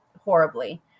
horribly